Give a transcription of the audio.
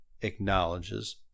acknowledges